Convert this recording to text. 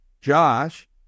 Josh